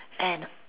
and